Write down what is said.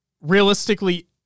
Realistically